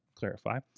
Clarify